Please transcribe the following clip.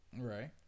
right